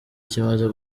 kimaze